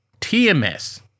TMS